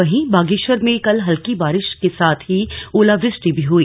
वहीं बागेश्वर में कल हल्की बारिश के साथ ही ओलावृष्टि भी हुई